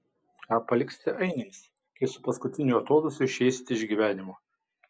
ką paliksite ainiams kai su paskutiniu atodūsiu išeisite iš gyvenimo